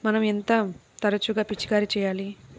మనం ఎంత తరచుగా పిచికారీ చేయాలి?